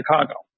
Chicago